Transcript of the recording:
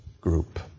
group